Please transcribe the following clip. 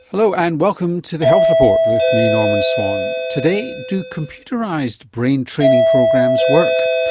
hello and welcome to the health report, with me, norman swan. today, do computerised brain training programs work?